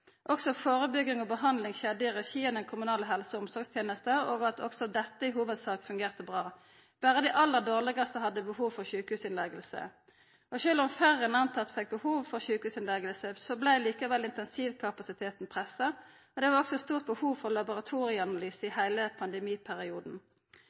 Førebygging og behandling skjedde i regi av den kommunale helse- og omsorgstenesta, og også dette fungerte i hovudsak bra. Berre dei aller dårlegaste hadde behov for sjukehusinnlegging. Sjølv om færre enn antatt fekk behov for sjukehusinnlegging, vart likevel intensivkapasiteten pressa, og det var også stort behov for